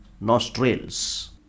nostrils